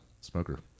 smoker